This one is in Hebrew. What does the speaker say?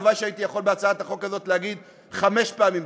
הלוואי שהייתי יכול בהצעת החוק הזאת להגיד חמש פעמים בשנה,